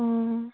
অঁ